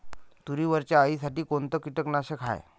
तुरीवरच्या अळीसाठी कोनतं कीटकनाशक हाये?